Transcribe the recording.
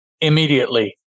immediately